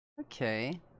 Okay